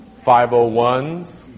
501s